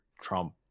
Trump